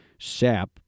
sap